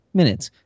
minutes